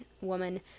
woman